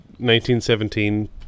1917